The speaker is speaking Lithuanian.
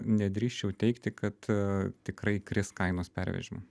nedrįsčiau teigti kad a tikrai kris kainos pervežimo